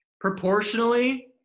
Proportionally